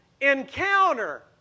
encounter